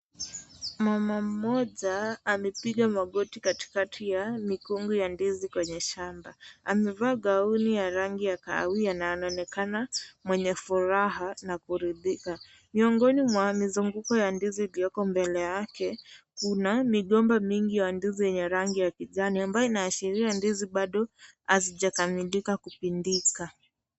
Mama mmoja amepiga magoti katikati ya mikungu ya ndizi kwenye shamba. Amevaa gauni ya rangi ya kahawia na anaonekana mwenye furaha na kuridhika. Miongoni mwa mizunguko ya ndizi iliyoko mbele yake ,kuna migomba mingi ya ndizi yenye rangi ya kijani ambayo inashiria ndizi bado hazijakamilika kupindika.